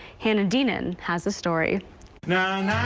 kennedy none has the story now